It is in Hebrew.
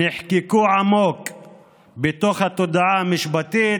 נחקקו עמוק בתוך התודעה המשפטית,